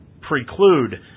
preclude